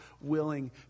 willing